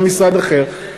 זה משרד אחר,